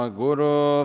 guru